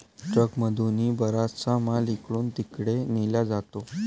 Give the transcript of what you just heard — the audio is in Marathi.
ट्रकमधूनही बराचसा माल इकडून तिकडे नेला जातो